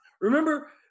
remember